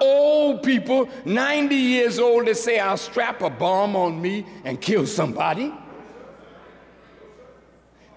old people ninety years old to say i'll strap a bomb on me and kill somebody